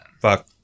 Fuck